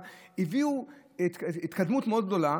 שהביאו התקדמות מאוד גדולה,